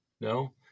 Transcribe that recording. no